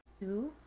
two